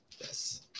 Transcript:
Yes